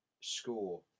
score